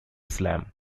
slam